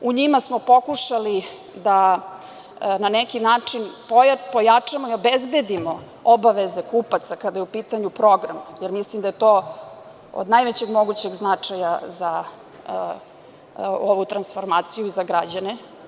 U njima smo pokušali da na neki način pojačamo i obezbedimo obaveze kupaca kada je u pitanju program, jer mislim da je to od najvećeg mogućeg značaja za ovu transformaciju, za građane.